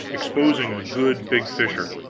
exposing a good big fissure.